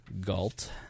Galt